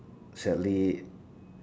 sadly